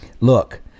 look